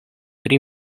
tri